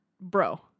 bro